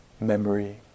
Memory